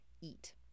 eat